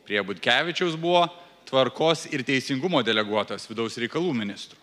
prie butkevičiaus buvo tvarkos ir teisingumo deleguotas vidaus reikalų ministru